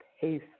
pace